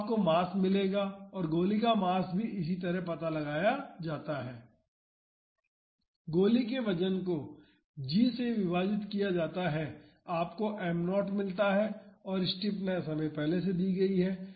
तो आपको मास मिलेगा और गोली का मास भी इस तरह पता लगाया जाता है गोली के वजन को g से विभाजित किया जाता है आपको m0 मिलता है और स्टिफनेस पहले से ही दी गयी है